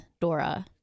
Dora